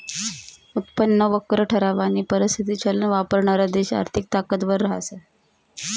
उत्पन्न वक्र ठरावानी परिस्थिती चलन वापरणारा देश आर्थिक ताकदवर रहास